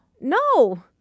no